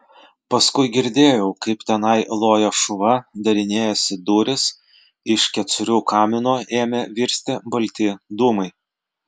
paskui girdėjau kaip tenai loja šuva darinėjasi durys iš kecorių kamino ėmė virsti balti dūmai